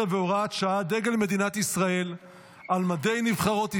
18 והוראת שעה) (דגל מדינת ישראל על מדי נבחרות ישראל),